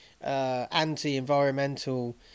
anti-environmental